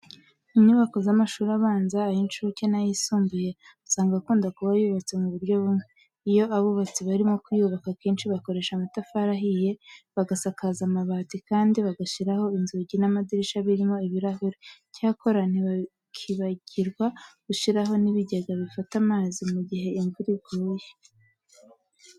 Inyubako z'amashuri abanza, ay'incuke n'ayisumbuye usanga akunda kuba yubatse mu buryo bumwe. Iyo abubatsi barimo kuyubaka akenshi bakoresha amatafari ahiye, bagasakaza amabati kandi bagashyiraho inzugi n'amadirishya birimo ibirahure. Icyakora ntibakibagirwa gushyiraho n'ibigega bifata amazi mu gihe imvura iguye.